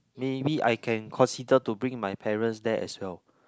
maybe I can consider to bring my parents there as well